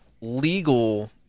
legal